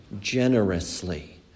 generously